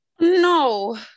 No